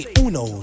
uno